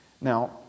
Now